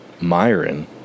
Myron